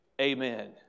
Amen